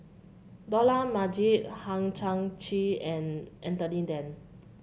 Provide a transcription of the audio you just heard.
Dollah Majid Hang Chang Chieh and Anthony Then